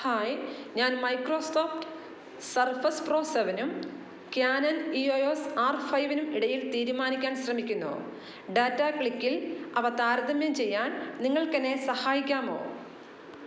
hi ഞാൻ Microsoft surface pro സെവനും Canon E O S R ഫൈവിനും ഇടയിൽ തീരുമാനിക്കാൻ ശ്രമിക്കുന്നു ടാറ്റ ക്ലിക്കിൽ അവ താരതമ്യം ചെയ്യാൻ നിങ്ങൾക്ക് എന്നെ സഹായിക്കാമോ